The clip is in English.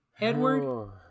Edward